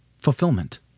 fulfillment